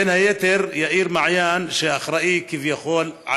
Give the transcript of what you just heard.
בין היתר יאיר מעיין, שאחראי על זה, כביכול.